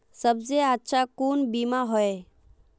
सबसे अच्छा कुन बिमा होय?